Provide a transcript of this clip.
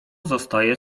zostaje